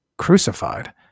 crucified